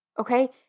Okay